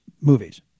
movies